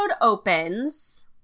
opens